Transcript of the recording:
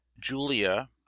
Julia